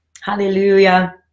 Hallelujah